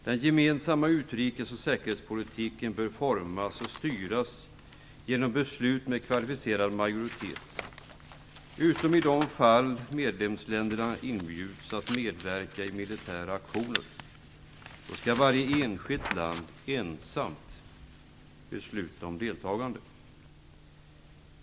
Den gemensamma utrikes och säkerhetspolitiken bör formas och styras genom beslut med kvalificerad majoritet, utom i de fall medlemsländerna inbjuds att medverka i militära aktioner. Då skall varje enskilt land ensamt besluta om deltagande.